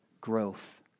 growth